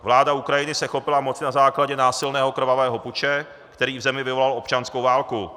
Vláda Ukrajiny se chopila moci na základě násilného krvavého puče, který v zemi vyvolal občanskou válku.